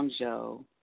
Hangzhou